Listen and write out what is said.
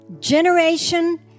generation